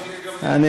חשבת על זה?